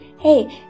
Hey